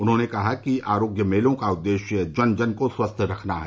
उन्होंने कहा कि आरोग्य मेलों का उद्देश्य जन जन को स्वस्थ रखना है